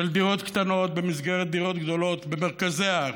של דירות קטנות במסגרת דירות גדולות במרכזי הערים,